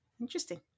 Interesting